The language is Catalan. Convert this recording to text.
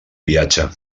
viatge